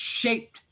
shaped